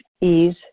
ease